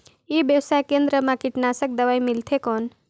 ई व्यवसाय केंद्र मा कीटनाशक दवाई मिलथे कौन?